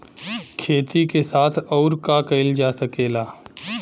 खेती के साथ अउर का कइल जा सकेला?